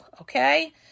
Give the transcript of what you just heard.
okay